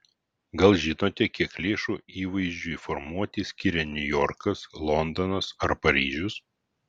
gal žinote kiek lėšų įvaizdžiui formuoti skiria niujorkas londonas ar paryžius